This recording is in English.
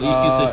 ah